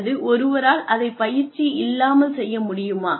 அல்லது ஒருவரால் அதைப் பயிற்சி இல்லாமல் செய்ய முடியுமா